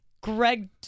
Greg